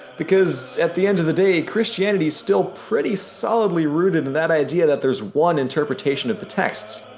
because at the end of the day christianity is still pretty solidly rooted in that idea that there's one interpretation of the texts,